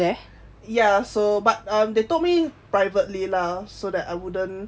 ya so but um they told me privately lah so that I wouldn't